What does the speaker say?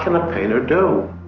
um a painter do?